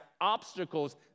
obstacles